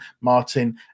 Martin